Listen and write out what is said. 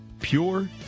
pure